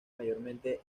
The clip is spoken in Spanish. mayormente